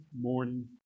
morning